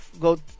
go